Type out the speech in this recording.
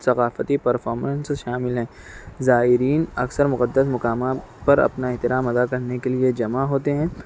ثقافتی پرفارمنسز شامل ہیں زائرین اکثر مقدس مقام پر اپنا احترام ادا کرنے کے لئے جمع ہوتے ہیں